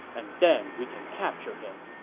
and then we can capture him.